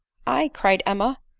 aye, cried emma,